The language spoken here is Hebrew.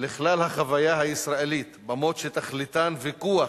לכלל החוויה הישראלית, במות שתכליתן ויכוח,